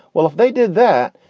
well, if they did that,